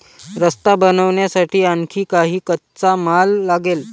रस्ता बनवण्यासाठी आणखी काही कच्चा माल लागेल